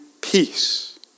peace